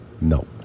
No